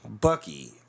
Bucky